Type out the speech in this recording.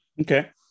okay